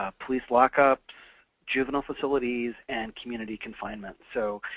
um police lockups, juvenile facilities, and community confinement. so,